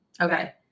Okay